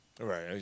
Right